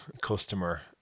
customer